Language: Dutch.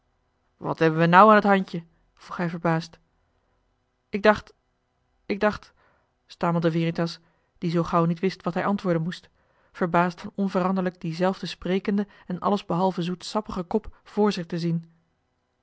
wat hebben we nou aan t handje vroeg hij verbaasd ik dacht ik dacht stamelde veritas die zoo gauw niet wist wat hij antwoorden moest verbaasd van onveranderlijk dienzelfden sprekenden en alles behalven zoetsappigen kop voor zich te zien